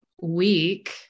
week